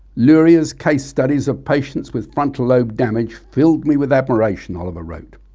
luria's case studies of patients with frontal lobe damage filled me with admiration oliver wrote.